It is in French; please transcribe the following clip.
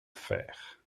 faire